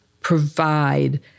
provide